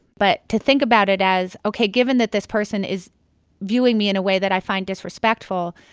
but to think about it as, ok, given that this person is viewing me in a way that i find disrespectful,